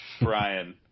Brian